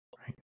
right